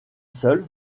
seul